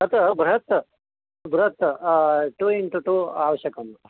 तत् बृहत् बृहत् टू इण्टु टू आवश्यकं